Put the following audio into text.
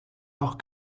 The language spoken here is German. auch